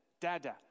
dada